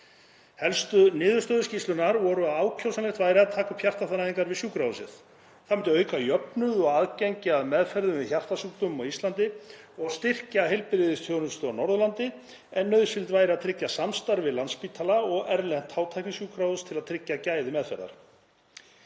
Helstu niðurstöður skýrslunnar voru að ákjósanlegt væri að taka upp hjartaþræðingar við sjúkrahúsið. Það myndi auka jöfnuð og aðgengi að meðferðum við hjartasjúkdómum á Íslandi og styrkja heilbrigðisþjónustu á Norðurlandi en nauðsynlegt væri að tryggja samstarf við Landspítala og erlent hátæknisjúkrahús til að tryggja gæði meðferðar.